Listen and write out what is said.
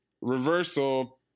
reversal